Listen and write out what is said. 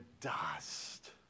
dust